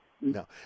no